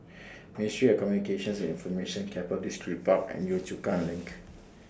Ministry of Communications and Information Keppel Distripark and Yio Chu Kang LINK